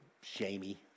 shamey